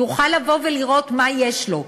יוכל לראות מה יש לו.